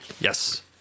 Yes